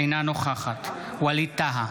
אינה נוכחת ווליד טאהא,